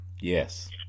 yes